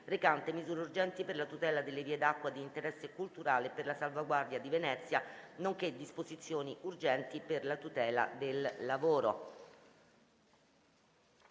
recante misure urgenti per la tutela delle vie d'acqua di interesse culturale e per la salvaguardia di Venezia, nonché disposizioni urgenti per la tutela del lavoro"